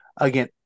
again